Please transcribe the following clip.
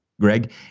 Greg